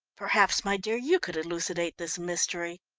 perhaps, my dear, you could elucidate this mystery.